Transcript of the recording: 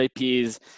IPs